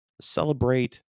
celebrate